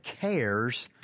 cares